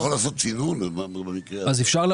אז אפשר,